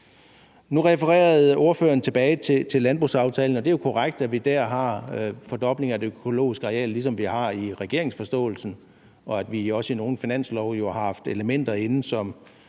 Nu refererede ordføreren tilbage til landbrugsaftalen, og det er korrekt, at vi der har en fordobling af det økologiske areal, ligesom vi også har det i forståelsespapiret, og vi har jo i nogle finanslove også haft elementer inde,